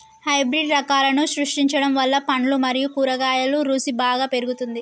hybrid రకాలను సృష్టించడం వల్ల పండ్లు మరియు కూరగాయల రుసి బాగా పెరుగుతుంది